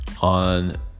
on